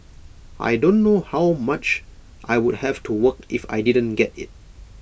I don't know how much I would have to work if I didn't get IT